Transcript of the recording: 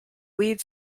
lead